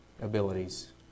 abilities